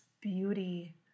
beauty